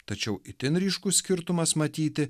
tačiau itin ryškus skirtumas matyti